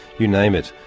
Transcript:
you name it,